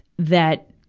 that,